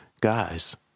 guys